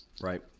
Right